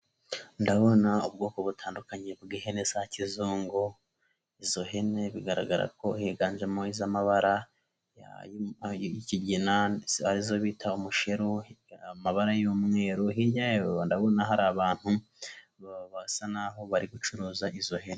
Ndabona ubwoko butandukanye bw'ihene za kizungu, izo hene bigaragara ko higanjemo iz'amabara arizo bita umusheru, amabara y'umweru, hirya yayo ndabona hari abantu basa naho bari gucuruza izo hene.